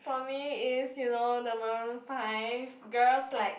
for me is you know the Maroon-Five girls like